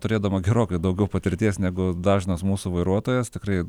turėdama gerokai daugiau patirties negu dažnas mūsų vairuotojas tikrai